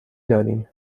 داریم